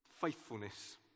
faithfulness